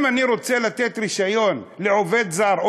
אם אני רוצה לתת רישיון לעובד זר,